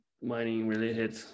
mining-related